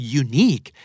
unique